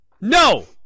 No